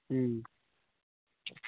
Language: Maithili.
हूँ